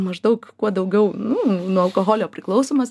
maždaug kuo daugiau nu nuo alkoholio priklausomas